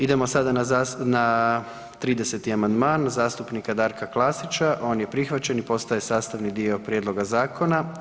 Idemo sada na 30. amandman zastupnika Darka Klasića, on je prihvaćen i postaje sastavni dio prijedloga zakona.